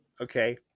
Okay